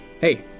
hey